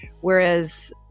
whereas